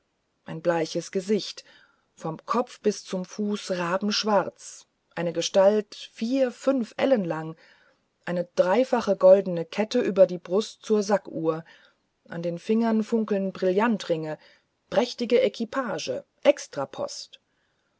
ein bleiches gesicht vom kopf bis zum fuß rabenschwarz eine gestalt vier fünf ellen lang eine dreifache goldene kette über die brust zur sackuhr an den fingern funkelnde brillantringe prächtige